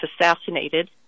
assassinated